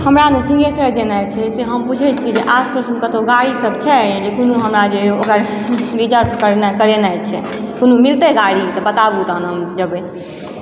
हमरा तऽ सिंहेसर जेनाइ छै से अहाँ बुझैत छी जे आस पासमे कतहु गाड़ीसभ छै जे कोनो हमरा जे ओकरा रिजर्व कयनाइ करेनाइ छै कोनो मिलतै गाड़ी तऽ बताबू तखन हम जेबै